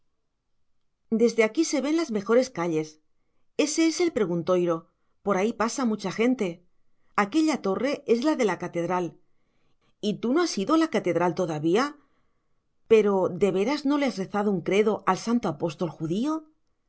desde aquí se ven las mejores calles ése es el preguntoiro por ahí pasa mucha gente aquella torre es la de la catedral y tú no has ido a la catedral todavía pero de veras no le has rezado un credo al santo apóstol judío